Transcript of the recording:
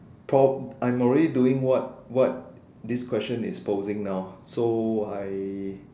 prob~ I am already doing what this question is posing now so I